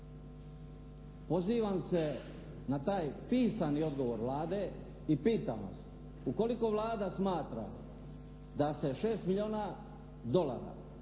Pozivam se na taj pisani odgovor Vlade i pitam vas, ukoliko Vlada smatra da se 6 milijuna dolara